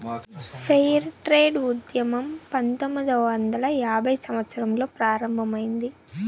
fair trade ఉద్యమం పంతొమ్మిదవ వందల యాభైవ సంవత్సరంలో ప్రారంభమైంది